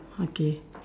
okay